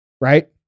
Right